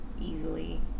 easily